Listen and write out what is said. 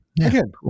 again